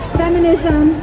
feminism